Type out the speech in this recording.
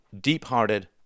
deep-hearted